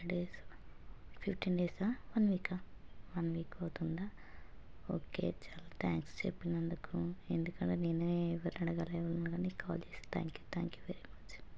days fifteen డేసా one వీకా one week అవుతుందా ఓకే చాలా థ్యాంక్స్ చెప్పినందుకు ఎందుకంటే నేనే ఎవరని అడగాలా ఎవరని అడగాలా అని నీకు కాల్ చేశాను thank you thank you very much